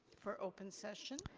for open session,